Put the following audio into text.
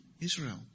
Israel